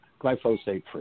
glyphosate-free